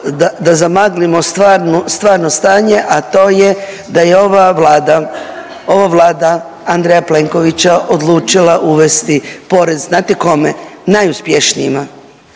da zamaglimo stvarno stanje, a to je da je ova Vlada, ova Vlada Andreja Plenkovića odlučila uvesti porez, znate kome? Najuspješnijima